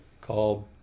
called